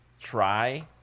try